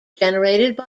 generated